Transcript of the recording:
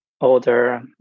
older